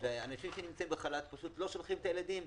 אנשים שנמצאים בחל"ת פשוט לא שולחים את הילדים,